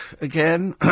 again